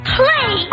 play